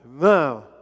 Now